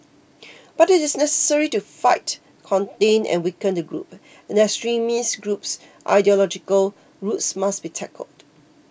but it is necessary to fight contain and weaken the group and the extremist group's ideological roots must be tackled